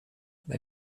they